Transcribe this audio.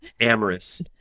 amorous